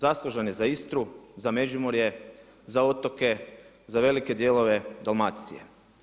Zaslužan je za Istru, za Međimurje, za otoke, za velike dijelove Dalmacije.